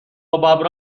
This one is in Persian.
ﺑﺒﺮﺍﻥ